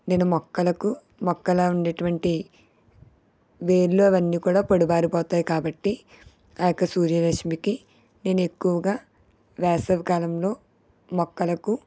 నేను మొక్కలకు మొక్కలో ఉండేటటువంటి వేర్లు అవన్నీ కూడా పొడుబారిపోతాయి కాబట్టి ఆ యొక్క సూర్యరశ్మికి నేను ఎక్కువగా వేసవికాలంలో మొక్కలకు